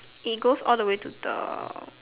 it goes all the way to the